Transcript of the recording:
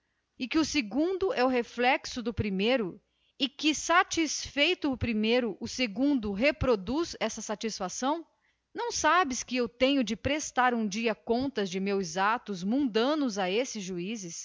e que o segundo é o reflexo do primeiro e que satisfeito o primeiro o segundo está também satisfeito não sabes que terei um dia de prestar contas dos meus atos mundanos e